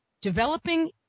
developing